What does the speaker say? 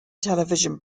television